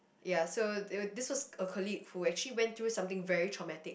ya so th~ this was a colleague who actually went through something very traumatic